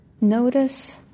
Notice